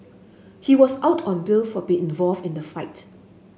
he was out on bail for being involved in the fight